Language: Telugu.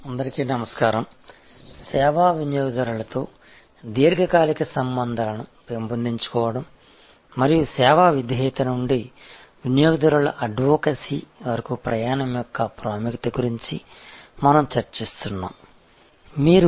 అందరికీ నమస్కారం సేవా వినియోగదారులతో దీర్ఘకాలిక సంబంధాలను పెంపొందించుకోవడం మరియు సేవా విధేయత నుండి వినియోగదారుల అడ్వొకేసీ వరకు ప్రయాణం యొక్క ప్రాముఖ్యత గురించి మనం చర్చిస్తున్నాము